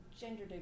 gender